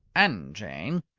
and jane.